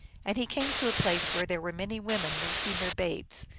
and he came to a place where there were many women nurs ing their babes,